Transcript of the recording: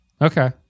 Okay